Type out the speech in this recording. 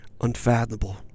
unfathomable